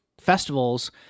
festivals